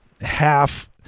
half